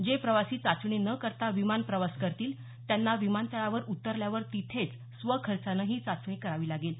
जे प्रवासी चाचणी न करता विमान प्रवास करतील त्यांना विमानतळावर उतरल्यावर तिथेच स्वखर्चानं ही चाचणी करावी लागेल